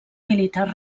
militar